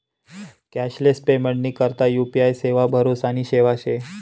cashless पेमेंटनी करता UPI सेवा भरोसानी सेवा शे